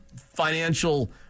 financial